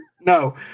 No